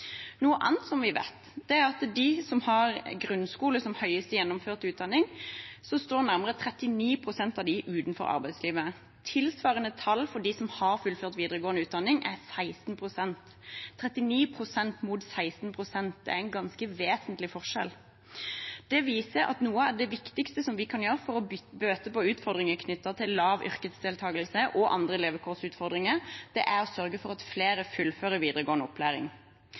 Noe annet vi vet, er at nærmere 39 pst. av dem som har grunnskole som høyeste gjennomførte utdanning, står utenfor arbeidslivet. Tilsvarende tall for dem som har fullført videregående utdanning, er 16 pst. Det er en ganske vesentlig forskjell – 39 pst. mot 16 pst. Det viser at noe av det viktigste vi kan gjøre for å bøte på utfordringer knyttet til lav yrkesdeltakelse og andre levekårsutfordringer, er å sørge for at flere fullfører videregående opplæring.